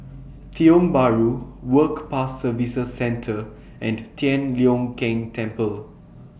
Tiong Bahru Work Pass Services Centre and Tian Leong Keng Temple